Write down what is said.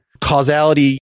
causality